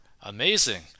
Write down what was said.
amazing